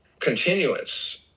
continuance